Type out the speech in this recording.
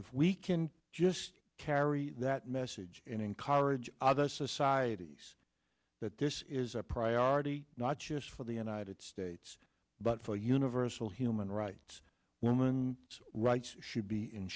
if we can just carry that message and encourage other societies that this is a priority not just for the united states but for universal human rights women's rights should be